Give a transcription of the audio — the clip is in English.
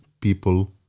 people